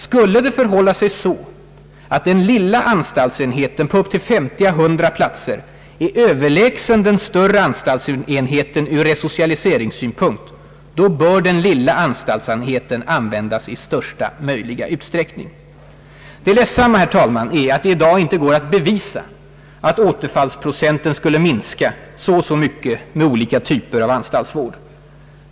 »Skulle det förhålla sig så att den lilla anstaltsenheten på upp till 50 å 100 platser är överlägsen den större anstaltsenheten ur resocialiseringssynpunkt, bör den lilla anstaltsenheten användas i största möjliga utsträckning.» Det ledsamma är att man i dag inte kan bevisa att återfallsprocenten skulle minska så och så mycket med olika typer av anstaltsvård.